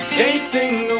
Skating